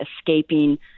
escaping